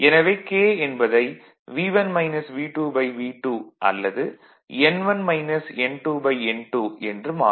எனவே K என்பதை V2 அல்லது N2 என்று மாறும்